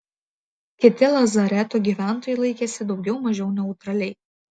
kiti lazareto gyventojai laikėsi daugiau mažiau neutraliai